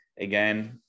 again